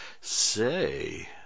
say